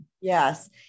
Yes